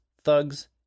Thugs